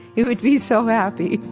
he would be so happy.